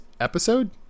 episode